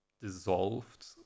dissolved